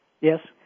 Yes